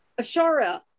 Ashara